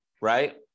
right